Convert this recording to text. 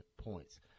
points